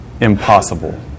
impossible